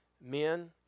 men